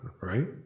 right